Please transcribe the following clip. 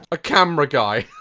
a camera guy